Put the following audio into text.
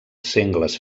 sengles